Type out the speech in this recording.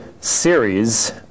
series